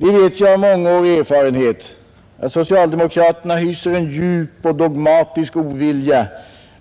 Vi vet ju av mångårig erfarenhet att socialdemokraterna hyser en djup och dogmatisk ovilja